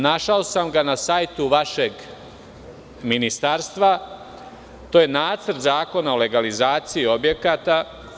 Našao sam ga na sajtu vašeg ministarstva, to je Nacrt zakona o legalizaciji objekata.